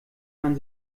man